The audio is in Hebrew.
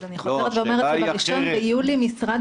אז אני חוזרת ואומרת שב-1 ביולי משרד